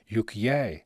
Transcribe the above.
juk jei